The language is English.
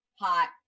hot